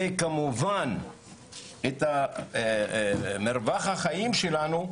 וכמובן את מרחב החיים שלנו,